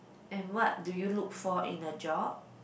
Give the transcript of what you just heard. and what do you look for in a job